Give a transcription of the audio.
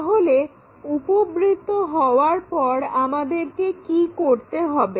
তাহলে উপবৃত্ত পাওয়ার পর আমাদেরকে কি করতে হবে